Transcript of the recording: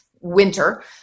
winter